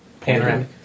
panoramic